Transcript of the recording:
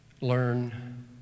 Learn